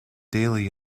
daily